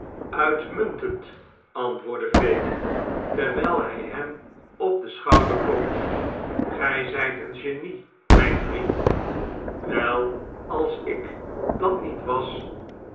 uitmuntend antwoordde fagin terwijl hij hem op den schouder klopte gij zijt een genie mijn vriend wel als ik dat niet was